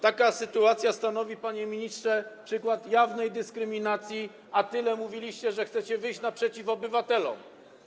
Taka sytuacja stanowi, panie ministrze, przykład jawnej dyskryminacji, a tyle mówiliście, że chcecie wyjść naprzeciw obywatelom.